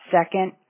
Second